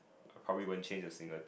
I probably won't change a single